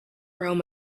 rome